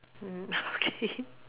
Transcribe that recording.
mmhmm okay